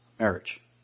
Marriage